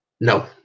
No